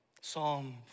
Psalm